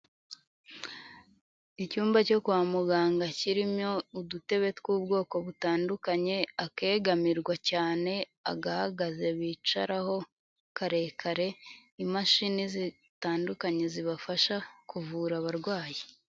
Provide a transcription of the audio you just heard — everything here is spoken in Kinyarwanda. Icyumba cyo kwa muganga kirimo udutebe tw'ubwoko butandukanye, akegamirwa cyane, agahagaze bicaraho karekare, imashini zitandukanye zibafasha kuvura abarwayi.